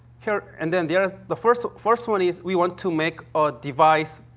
here and then there is the first first one is we want to make a device,